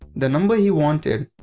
the number he wanted,